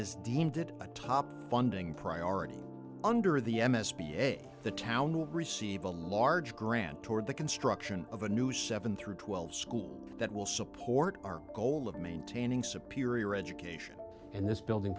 did a top funding priority under the m s b a the town will receive a large grant toward the construction of a new seven through twelve school that will support our goal of maintaining superior education in this building